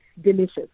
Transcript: delicious